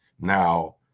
Now